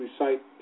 recite